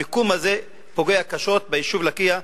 המיקום הזה פוגע קשות ביישוב לקיה,